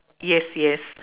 yes yes